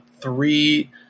three